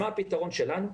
מה הפתרון שלנו?